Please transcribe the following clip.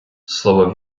слово